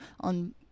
on –